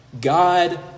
God